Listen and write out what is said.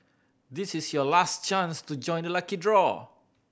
this is your last chance to join the lucky draw